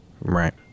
Right